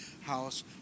house